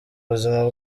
buzima